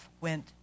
went